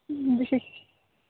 जी